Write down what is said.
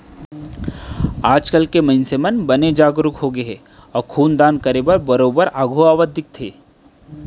आज के मनसे मन बने जागरूक होगे हे अउ खून दान करे बर बरोबर आघू आवत दिखथे